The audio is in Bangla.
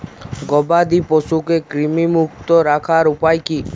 গবাদি পশুকে কৃমিমুক্ত রাখার উপায় কী?